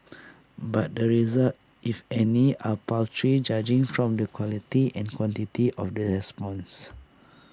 but the results if any are paltry judging from the quality and quantity of the responses